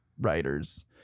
writers